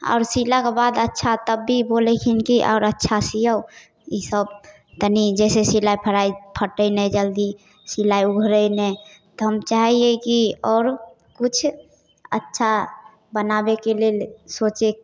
आओर सिलाके बाद अच्छा तब भी बोलै हकिन कि आओर अच्छा सिऔ ई सब तनि जाहिसँ सिलाइ फड़ाइ फटै नहि जल्दी सिलाइ उघड़ै नहि तऽ हम चाहै हिए कि आओर किछु अच्छा बनाबैके लेल सोचै